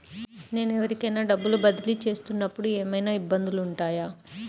నేను ఎవరికైనా డబ్బులు బదిలీ చేస్తునపుడు ఏమయినా ఇబ్బందులు వుంటాయా?